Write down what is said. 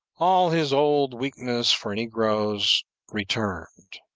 all his old weakness for negroes returned.